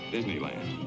disneyland